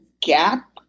gap